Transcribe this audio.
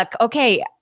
Okay